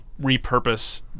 repurpose